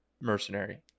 Mercenary